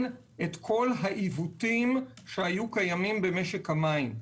את כל העיוותים שהיו קיימים במשק המים.